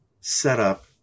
setup